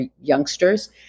youngsters